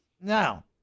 Now